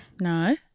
No